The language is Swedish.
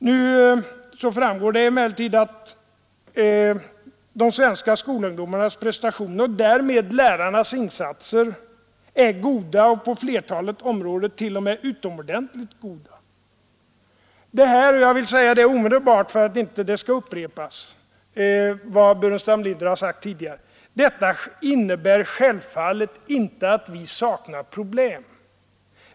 Nu framgår det emellertid att de svenska skolungdomarnas prestationer — och därmed lärarnas insatser — är goda och på flertalet områden t.o.m. utomordentligt goda. Detta — och jag vill säga det omedelbart för att det som herr Burenstam Linder tidigare sagt inte skall upprepas — innebär självfallet inte att vi saknar problem.